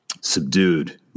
subdued